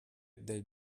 del